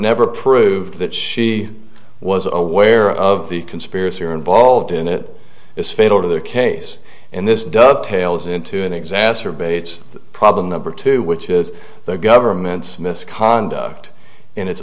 never proved that she was aware of the conspiracy or involved in it is fatal to their case and this ducktails into it exacerbates the problem number two which is the government's misconduct in it